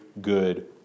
good